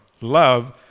Love